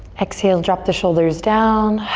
exhale, drop the shoulders down.